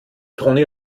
toni